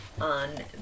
on